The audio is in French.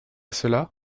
cela